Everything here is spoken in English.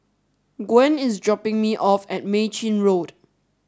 Gwen is dropping me off at Mei Chin Road